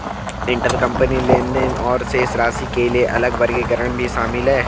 intercompany लेनदेन और शेष राशि के लिए अलग वर्गीकरण भी शामिल हैं